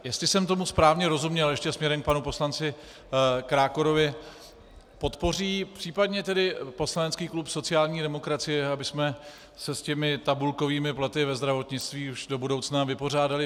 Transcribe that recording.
Jestli jsem tomu správně rozuměl ještě směrem k panu poslanci Krákorovi podpoří případně poslanecký klub sociální demokracie, abychom se s těmi tabulkovými platy ve zdravotnictví už do budoucna vypořádali?